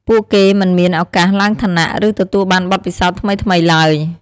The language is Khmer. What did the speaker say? ពួកគេមិនមានឱកាសឡើងឋានៈ ឬទទួលបានបទពិសោធន៍ថ្មីៗឡើយ។